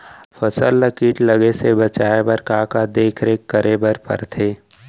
फसल ला किट लगे से बचाए बर, का का देखरेख करे बर परथे?